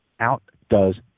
outdoes